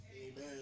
Amen